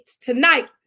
tonight